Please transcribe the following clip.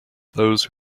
those